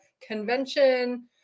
convention